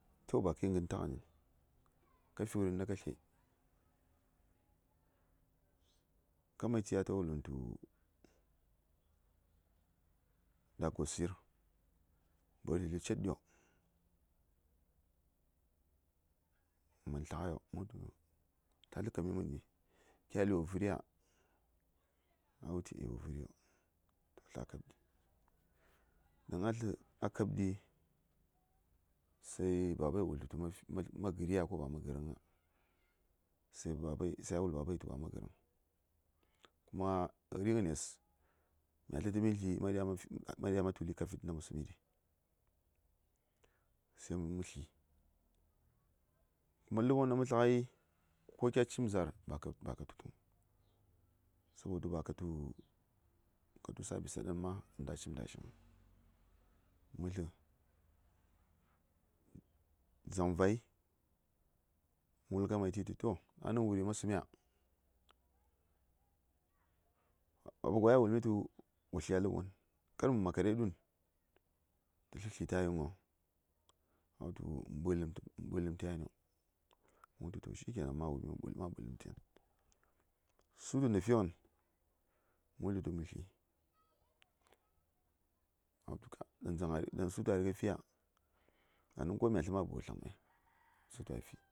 To ba kəyir gən ta:ghənəŋ, ka fi wuri ka sləe? kamati ta wulum tu baba gwashi yir, to təslən cètɗio məman taghai. Mə wul tu, kya slə nəkapkəni, kya yeli wo vəriya? A wul tu e wo vəri, sla kapɗi. Ɗaŋ a slə a kapɗi, sai babas wul tə tu, ma-ma-ma gərəya ko ba ma gərəŋ? So babas, a wul babas tu ba ma̱ gərə vəŋ, kuma ri:ghənes, mya slə tə mislndi ma ɗya ma̱ tuli kavit nda mə sumiɗi to mə slə. Kuma ləɓi ɗaŋ mə sləghai, ko kya cimza:r ba ka-ba ka tu təŋ sabo tu ba ka tu, ka yu service ɗa ɗanəŋ ma ba cin tə karfiŋ. Mə slə, dzaŋ va:y, ya:n mə ta wul tətu, to baba gwai a yi wul tu ma slə a ləbwon, kada mə makarai ɗu:n, tə slən sli təghai vəŋ? A wulləm tu mə ɓələm tə ya:n. Mə wul tə tu, to shikenan, ma wumi, ma̱ fahimtai. Figən tə fighən, mə wul tə tu mə slio, a wul tu ka, ɗaŋ dazaŋ, ɗaŋ lapma lətsəya? Ɗaŋni ko mya sli maba wo sləŋo, mə wul tu to...